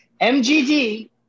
MGD